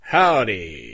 Howdy